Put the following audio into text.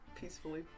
peacefully